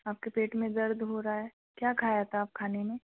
आपके पेट में दर्द हो रहा है क्या खाया था खाने में